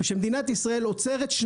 מדינת ישראל עוצרת את